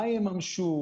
מה יממשו,